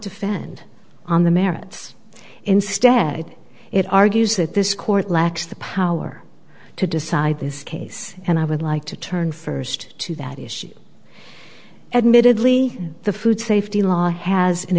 defend on the merits instead it argues that this court lacks the power to decide this case and i would like to turn first to that issue admittedly the food safety law has an